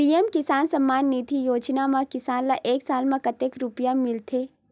PM Kisan Samman Nidhi योजना म किसान ल एक साल म कतेक रुपिया मिलथे?